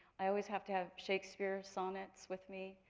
i always have to have shakespeare sonnets with me.